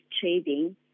trading